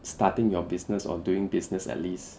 starting your business or doing business at least